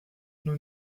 nous